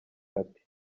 ati